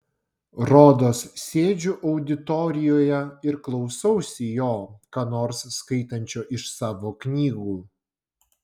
rodos sėdžiu auditorijoje ir klausausi jo ką nors skaitančio iš savo knygų